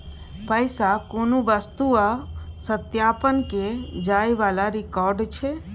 पैसा कुनु वस्तु आ सत्यापन केर जाइ बला रिकॉर्ड छै